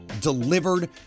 delivered